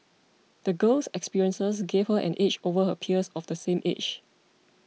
the girl's experiences gave her an edge over her peers of the same age